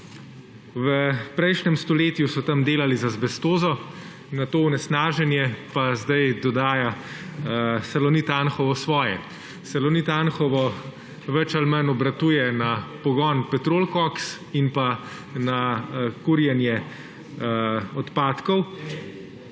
V prejšnjem stoletju so tam delali z azbestom, na to onesnaženje pa zdaj dodaja Salonit Anhovo svoje. Salonit Anhovo bolj ali manj obratuje na pogon petrolkoks in na kurjenje odpadkov